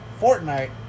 Fortnite